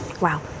Wow